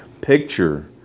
picture